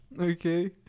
Okay